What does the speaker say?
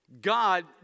God